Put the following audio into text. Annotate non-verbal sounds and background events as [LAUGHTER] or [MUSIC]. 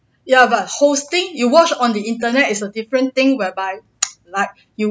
ya but hosting you watched on the internet is a different thing whereby [NOISE] like you